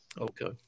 okay